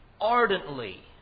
ardently